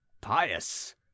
pious